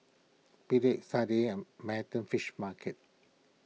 Picard Sadia and Manhattan Fish Market